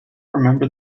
remember